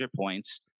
points